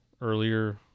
earlier